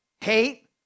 hate